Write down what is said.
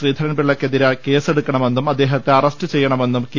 ശ്രീധരൻപിള്ളയ്ക്കെതിരെ കേസെടുക്കണമെന്നും അദ്ദേഹത്തെ അറസ്റ്റ് ചെയ്യണമെന്നും കെ